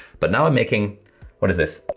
but now i'm making what is this,